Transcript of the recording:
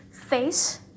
face